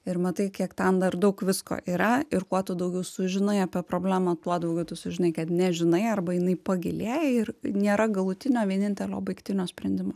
ir matai kiek ten dar daug visko yra ir kuo tu daugiau sužinai apie problemą tuo daugiau tu sužinai kad nežinai arba jinai pagilėja ir nėra galutinio vienintelio baigtinio sprendimo